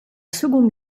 seconde